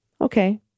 Okay